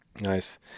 Nice